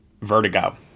Vertigo